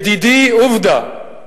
בדידי עובדא,